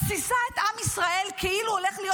מתסיסה את עם ישראל כאילו הולך להיות